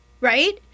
right